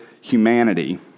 humanity